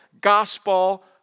gospel